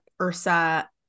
Ursa